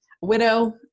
widow